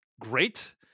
great